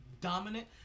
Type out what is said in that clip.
dominant